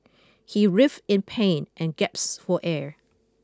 he writhe in pain and gaps for air